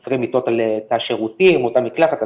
20 מיטות על תא שירותים או תא מקלחת.